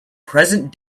present